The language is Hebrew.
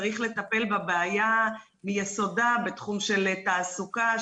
צריך לטפל בבעיה מיסודה בתחום של תעסוקה,